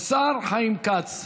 השר חיים כץ,